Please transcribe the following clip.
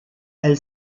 elle